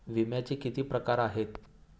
विम्याचे किती प्रकार आहेत?